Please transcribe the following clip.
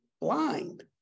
blind